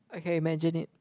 I can imagine it